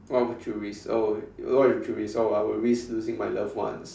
what would you risk oh what would you risk oh I would risk losing my love one